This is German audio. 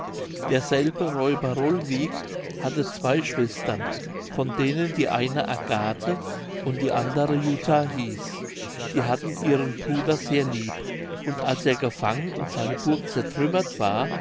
derselbe räuber rolwiek hatte zwei schwestern von denen die eine agathe und die andere jutta hieß die hatten ihren bruder sehr lieb und als er gefangen und seine burg zertrümmert war